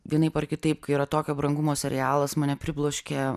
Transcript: vienaip ar kitaip kai yra tokio brangumo serialas mane pribloškė